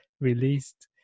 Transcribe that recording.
released